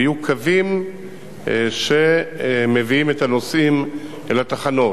ויהיו קווים שמביאים את הנוסעים אל התחנות.